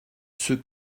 ceux